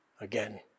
again